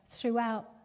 throughout